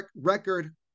record